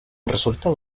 resultado